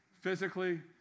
physically